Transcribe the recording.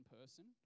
person